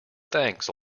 thanks